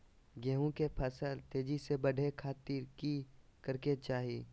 गेहूं के फसल तेजी से बढ़े खातिर की करके चाहि?